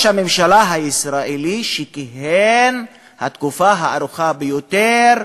הממשלה הישראלי שכיהן התקופה הארוכה ביותר,